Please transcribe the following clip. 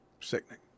Sickening